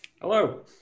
Hello